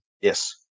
Yes